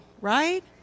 right